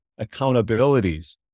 accountabilities